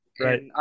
right